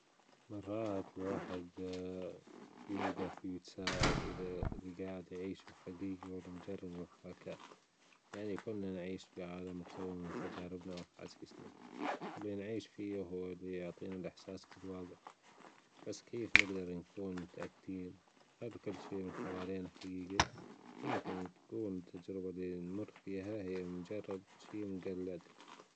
مرات الواحد يوجف يتسائل إذا اللي جاعد يعيشه حجيجي ولا مجرد محاكاه يعني كنا نعيش في عالم مكون من تجاربنا وأحاسيسنا وبنعيش فيه وهو إلى بيعطينا الأحساس بالواجع بس كيف نجدر نكون متأكدين هل كل شي موجود من حوالينا حجيجي يمكن تكون التجربة اللي بنمر فيها هي مجرد شي مجلد.